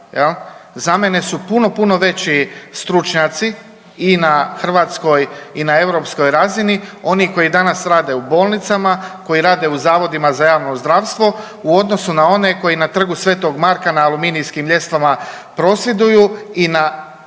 za mene su puno, puno veći stručnjaci i na hrvatskoj i na europskoj razini oni koji danas rade u bolnicama, koji rade u Zavodima za javno zdravstvo, u odnosu na one koji na Trgu Svetog Marka na aluminijskim ljestvama prosvjeduju i na